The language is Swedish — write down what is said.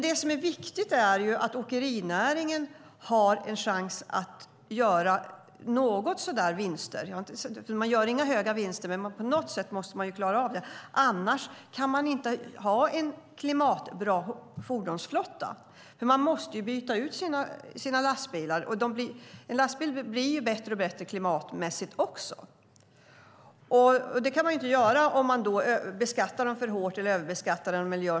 Det som är viktigt är att åkerinäringen har en chans att göra några vinster. Man gör inga stora vinster, men på något sätt måste man klara av detta annars kan man inte ha en klimatbra fordonsflotta. Man måste byta ut sina lastbilar. Lastbilar blir bättre och bättre klimatmässigt. Men man kan inte byta ut bilarna om man beskattar näringen för hårt.